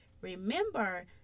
remember